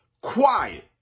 quiet